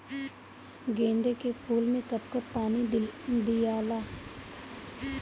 गेंदे के फूल मे कब कब पानी दियाला?